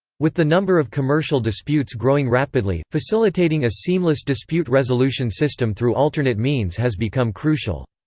with the number of commercial disputes growing rapidly, facilitating a seamless dispute resolution system through alternate means has become crucial.